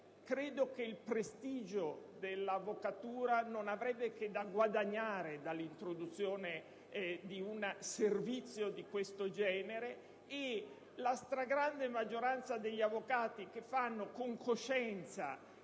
Credo che il prestigio dell'avvocatura non avrebbe che da guadagnare dall'introduzione di un servizio di questo tipo. La stragrande maggioranza degli avvocati, che svolgono con coscienza